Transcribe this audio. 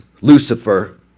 Lucifer